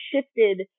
shifted